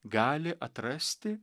gali atrasti